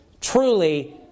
truly